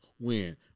win